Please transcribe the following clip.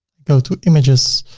i go to images,